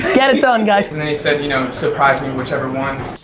get it done guys. and then he said you know surprise me, whichever ones.